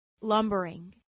Lumbering